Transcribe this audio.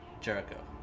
Jericho